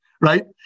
right